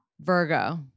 Virgo